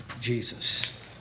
Jesus